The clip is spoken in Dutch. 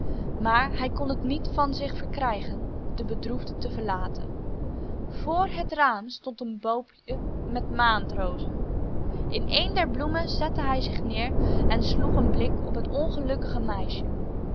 maar hij kon het niet van zich verkrijgen de bedroefde te verlaten voor het raam stond een boompje met maandrozen in een der bloemen zette hij zich neer en sloeg een blik op het ongelukkige meisje